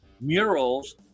murals